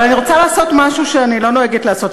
אבל אני רוצה לעשות משהו שאני לא נוהגת לעשות.